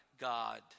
God